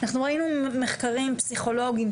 אנחנו ראינו מחקרים פסיכולוגים,